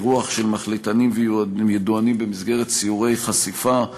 אירוח של מחליטנים וידוענים במסגרת סיורי חשיפה,